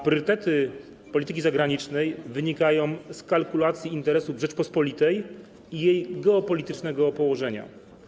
Priorytety polityki zagranicznej wynikają z kalkulacji interesów Rzeczypospolitej i jej geopolitycznego położenia.